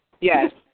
Yes